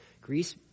Greece